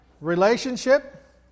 Relationship